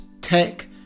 tech